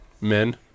Men